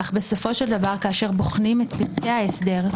אך בסופו של דבר כאשר בוחנים את פרטי ההסדר,